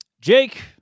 Jake